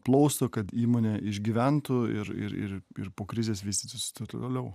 plausto kad įmonė išgyventų ir ir ir ir po krizės vystytųs toliau